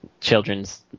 children's